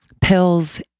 pills